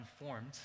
informed